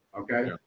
okay